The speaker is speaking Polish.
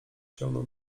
ciągnął